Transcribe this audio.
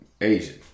Asian